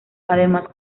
además